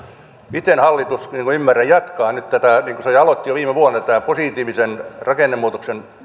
miten hallitus ei ymmärrä nyt jatkaa näitä mitä se aloitti jo viime vuonna positiivisen rakennemuutoksen